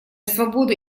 свободы